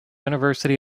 university